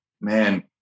man